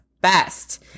best